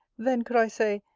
then could i say,